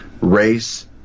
Race